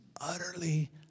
utterly